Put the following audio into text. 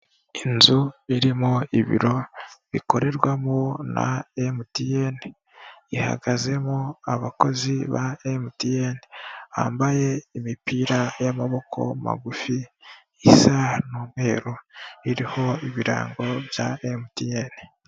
Inzu irimo ibiro bikorerwamo na mtn ihagazemo abakozi ba mtn bambaye imipira y'amaboko magufi isa n'umweru iriho ibirango bya mtn.